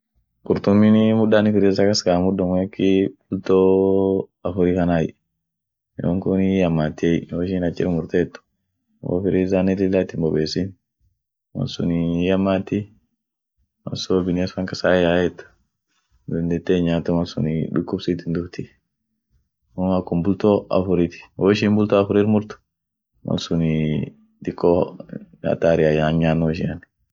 Qurtuminii mudda anii friza kas kay mudum akii bultoo afuri kanay, yonkunii hiyammatiey, woishin achir murtet wo frizanen lilla itin bobesin malsunii hiyamati, malsur biness fan kasa yayaet dandeete hin'nyaatu malsunii dukub sitin dufti, amoo akum bulto afurit, woishin bulto afurir murt malsunii diko hatariay nyanno ishian.